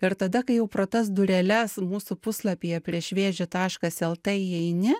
ir tada kai jau pro tas dureles mūsų puslapyje prieš viežį taškas lt įeini